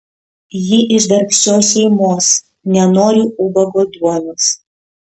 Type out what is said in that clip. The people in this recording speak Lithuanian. ji iš darbščios šeimos nenori ubago duonos